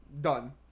done